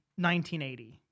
1980